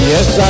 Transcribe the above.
Yes